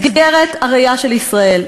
שבמסגרת הראייה של ישראל,